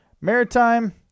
Maritime